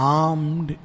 armed